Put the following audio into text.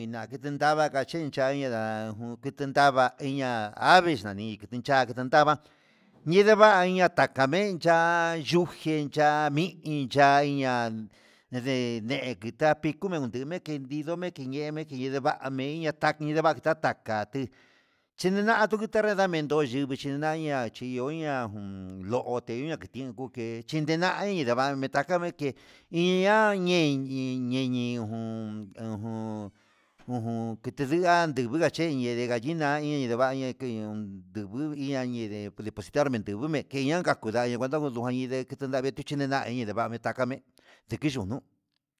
Idna kitendava kachincha indá ajun kindava iña'a ave nani kiticha kitendava ñiedeva'a ñatakamen ya'a yujen ya'á mi í ya'a ña nde ndenkita piku nun menke ihó idumenke ye'e menke kindeva'a mi iya'a tani ndebva tatakati chinina tu nrima mendó yuvichi na'a ya'a nachionia jun lo'o ti iña ke tin nguke chindena nava'a ndetaka meke iña'a ñee iñi yeñi jun ujun ujun kitindi lia ndivi kachen yee de gallina iin ndevaña jekuun iña'a ñinde depositarme denguña teaña ñanka kunda cuenta ngudu nduinde kitivave tuchenaya inindame taka me'e dikiyun.